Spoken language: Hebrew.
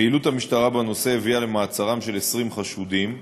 פעילות המשטרה בנושא הביאה למעצרם של 20 חשודים,